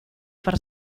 per